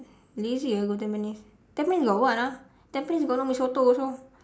lazy ah go tampines tampines got what ah tampines got no mee soto also